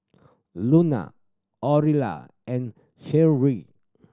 Luna Orilla and Sherrie